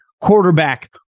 quarterback